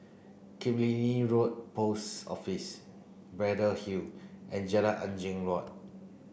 Killiney Road Post Office Braddell Hill and Jalan Angin Laut